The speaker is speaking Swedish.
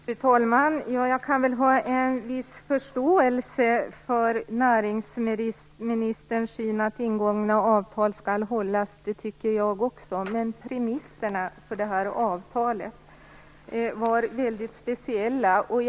Fru talman! Jag kan ha en viss förståelse för näringsministerns syn på att ingångna avtal skall hållas. Det tycker jag också. Men premisserna för det här avtalet var mycket speciella.